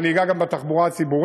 ואני אגע גם בתחבורה הציבורית,